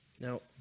Now